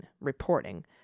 reporting